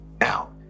out